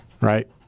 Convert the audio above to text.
right